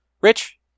Rich